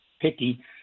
picky